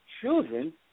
children